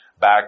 back